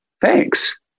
thanks